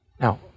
Now